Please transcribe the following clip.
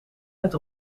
uit